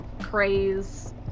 craze